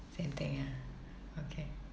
same thing ah okay